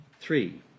Three